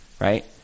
right